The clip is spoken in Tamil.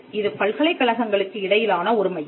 இது பல்கலைக்கழகங்களுக்கு இடையிலான ஒரு மையம்